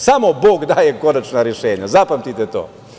Samo bog daje konačna rešenja, zapamtite to.